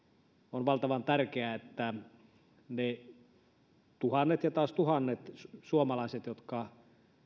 on valtavan tärkeää että ne tuhannet ja taas tuhannet suomalaiset jotka